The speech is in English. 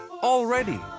Already